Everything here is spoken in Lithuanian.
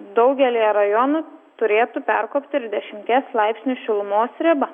daugelyje rajonų turėtų perkopti ir dešimties laipsnių šilumos ribą